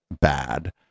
bad